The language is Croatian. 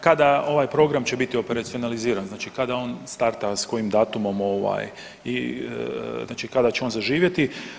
Kada ovaj program će biti operacionaliziran, znači kada on starta s kojim datumom znači kada će on zaživjeti?